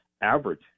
average